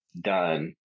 done